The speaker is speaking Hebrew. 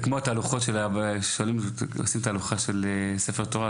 כמו תהלוכות של ספר תורה,